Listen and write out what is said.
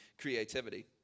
creativity